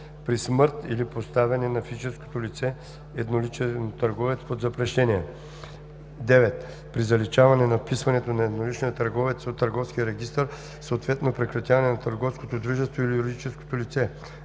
при смърт или поставяне на физическото лице – едноличен търговец, под запрещение; 9. при заличаване на вписването на едноличния търговец от търговския регистър, съответно прекратяване на търговското дружество или юридическото лице.